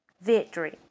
victory